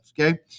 Okay